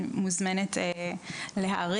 היא מוזמנת להאריך,